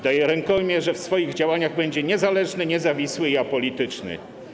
Daje rękojmię, że w swoich działaniach będzie niezależny, niezawisły i apolityczny.